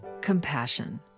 compassion